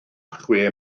chwe